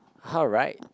all right